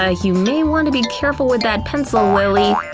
ah you may want to be careful with that pencil, lilly,